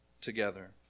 together